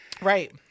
right